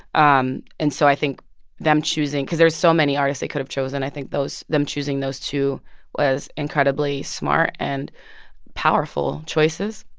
um and so i think them choosing because there are so many artists they could have chosen. i think those them choosing those two was incredibly smart and powerful choices.